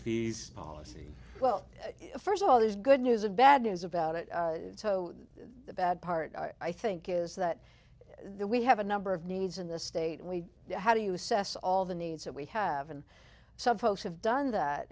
fees policy well first of all there's good news and bad news about it so the bad part i think is that the we have a number of needs in this state we how do you assess all the needs that we have and some folks have done that